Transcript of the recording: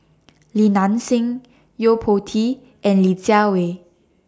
Li Nanxing Yo Po Tee and Li Jiawei